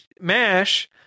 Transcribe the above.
mash